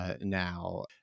Now